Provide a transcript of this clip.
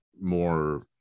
more